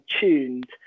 tuned